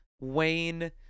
Wayne